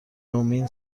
امین